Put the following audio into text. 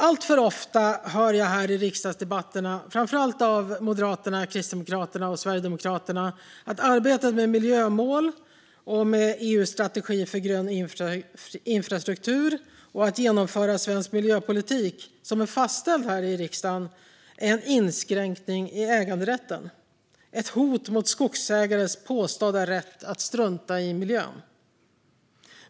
Alltför ofta hör jag här i riksdagsdebatterna, framför allt av Moderaterna, Kristdemokraterna och Sverigedemokraterna, att arbetet med miljömål, med EU:s strategi för grön infrastruktur och med att genomföra svensk miljöpolitik - som är fastställd här i riksdagen - är en inskränkning av äganderätten och ett hot mot skogsägares påstådda rätt att strunta i miljön.